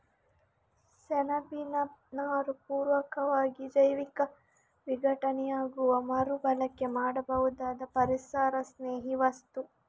ಸೆಣಬಿನ ನಾರು ಪೂರ್ಣವಾಗಿ ಜೈವಿಕ ವಿಘಟನೆಯಾಗುವ ಮರು ಬಳಕೆ ಮಾಡಬಹುದಾದ ಪರಿಸರಸ್ನೇಹಿ ವಸ್ತು